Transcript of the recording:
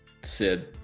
Sid